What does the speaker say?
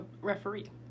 referee